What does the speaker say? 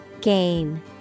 Gain